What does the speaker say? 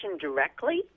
directly